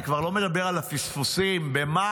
אני כבר לא מדבר על הפספוסים במאי.